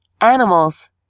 animals